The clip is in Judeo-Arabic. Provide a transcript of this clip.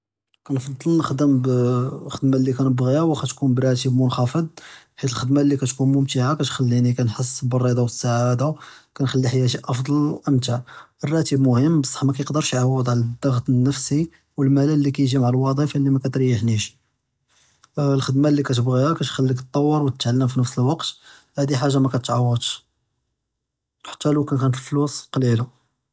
כּנפצל נחדם בלהח’דמה אללי קאנבחיה ואח’א tkun ברاتب מנח’פד חית אלח’דמה אללי כתכון מומתה כתכליני נהס ב’רדה ואלסעדה, קאנחל חיאתי אחל ו’מתע, ואלר’אתב מ’הם בלסח’ מאקאידרש יעוז עלא אלד’غط אלנפסי ואלמלל אללי קאי ג’י מע אלוזיפה אללי מא כתראח’ניש. אלח’דמה אללי כתבחיה כת’ח’ליק תתת’ואר ו’תהנא פי נפס אלווקט, האדי חאג’ה מא כתתעוואדש וחתא לואקן אלפלוס קלילה.